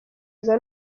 aza